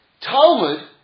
Talmud